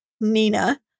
Nina